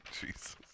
Jesus